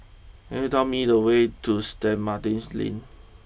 could you tell me the way to stay Martin's Lane